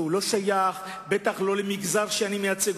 והוא בטח לא שייך למגזר שאני מייצג,